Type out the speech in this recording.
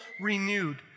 renewed